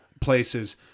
places